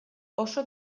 oso